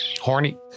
Horny